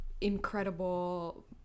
incredible